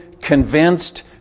convinced